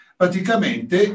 praticamente